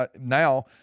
Now